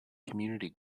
community